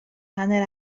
hanner